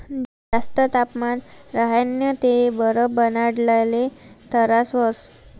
जास्त तापमान राह्यनं ते बरफ बनाडाले तरास व्हस